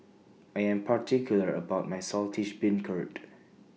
I Am particular about My Saltish Beancurd